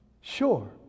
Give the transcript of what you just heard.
sure